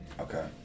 Okay